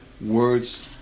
words